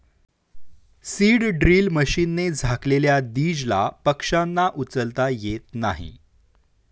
seed drill मशीनने झाकलेल्या दीजला पक्ष्यांना उचलता येत नाही